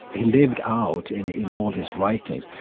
he lived out in in all his writings,